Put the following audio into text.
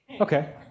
Okay